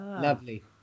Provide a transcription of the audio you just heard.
Lovely